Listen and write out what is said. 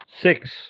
six